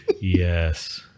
Yes